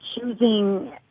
choosing